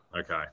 Okay